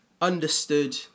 understood